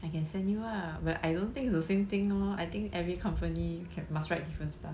I can send you lah but I don't think it's the same thing lor I think every company ca~ must write different stuff